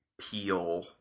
peel